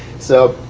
so,